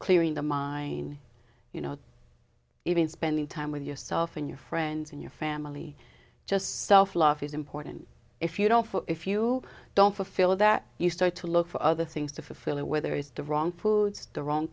clearing the mine you know even spending time with yourself and your friends and your family just self love is important if you'd offer if you don't feel that you start to look for other things to fulfill or whether it's the wrong foods the wrong